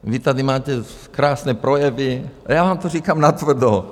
Vy tady máte krásné projevy a já vám to říkám natvrdo.